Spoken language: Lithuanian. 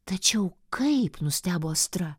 tačiau kaip nustebo astra